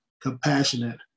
compassionate